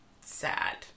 sad